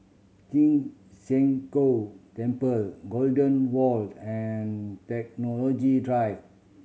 Ci Zheng Gong Temple Golden Walk and Technology Drive